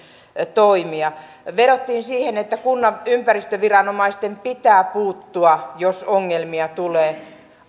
toimia vedottiin siihen että kunnan ympäristöviranomaisten pitää puuttua jos ongelmia tulee